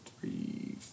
three